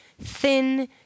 thin